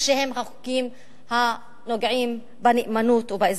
שהם החוקים שנוגעים בנאמנות או באזרחות.